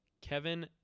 Kevin –